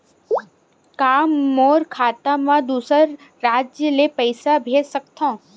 का मोर खाता म दूसरा राज्य ले पईसा भेज सकथव?